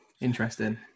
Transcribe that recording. Interesting